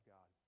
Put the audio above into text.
God